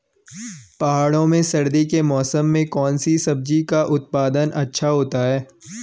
पहाड़ों में सर्दी के मौसम में कौन सी सब्जी का उत्पादन अच्छा होता है?